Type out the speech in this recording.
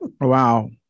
Wow